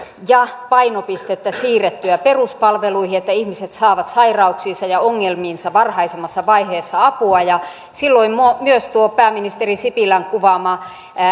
ja painopistettä siirrettyä peruspalveluihin että ihmiset saavat sairauksiinsa ja ongelmiinsa varhaisemmassa vaiheessa apua silloin myös tuo pääministeri sipilän kuvaama